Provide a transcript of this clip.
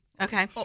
Okay